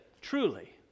truly